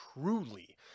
truly